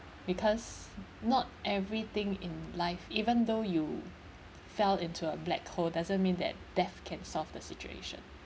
because not everything in life even though you fell into a black hole doesn't mean that death can solve the situation